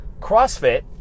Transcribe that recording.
CrossFit